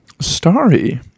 Starry